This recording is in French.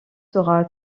sera